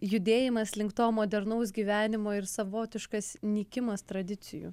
judėjimas link to modernaus gyvenimo ir savotiškas nykimas tradicijų